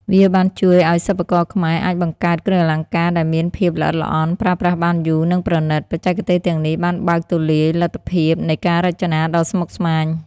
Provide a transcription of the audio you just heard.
វាបានជួយឱ្យសិប្បករខ្មែរអាចបង្កើតគ្រឿងអលង្ការដែលមានភាពល្អិតល្អន់ ប្រើប្រាស់បានយូរ និងប្រណិត។ បច្ចេកទេសទាំងនេះបានបើកទូលាយលទ្ធភាពនៃការរចនាដ៏ស្មុគស្មាញ។